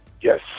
Yes